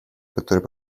которая